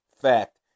fact